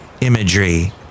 imagery